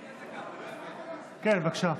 כן, בבקשה.